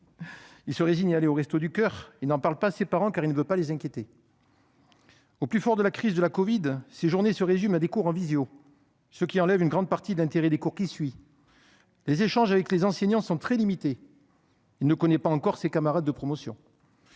Il se résigne à aller aux Restos du Coeur. Il n'en parle pas à ses parents, car il ne veut pas les inquiéter. Au plus fort de la crise de la covid-19, ses journées se résument à des cours en visioconférence, procédé qui en diminue largement l'intérêt. Les échanges avec les enseignants sont très limités. Il ne connaît pas encore ses camarades de promotion